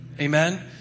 Amen